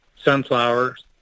sunflowers